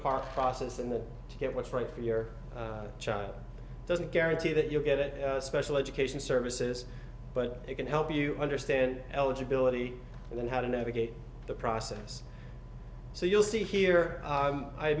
party process and to get what's right for your child doesn't guarantee that you'll get special education services but it can help you understand eligibility and then how to navigate the process so you'll see here